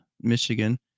Michigan